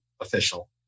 official